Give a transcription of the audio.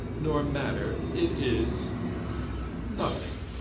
nor matter, it is nothing!